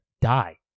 die